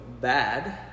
bad